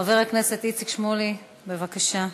חבר הכנסת איציק שמולי, בבקשה.